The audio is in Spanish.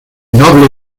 noble